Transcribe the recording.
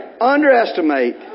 Underestimate